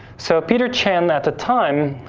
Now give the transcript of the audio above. so, pete chan at the time